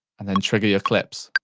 and then trigger your clips.